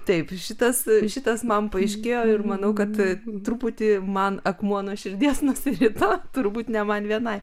taip šitas šitas man paaiškėjo ir manau kad truputį man akmuo nuo širdies nusirito turbūt ne man vienai